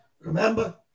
remember